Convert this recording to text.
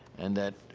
and that